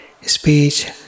speech